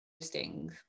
posting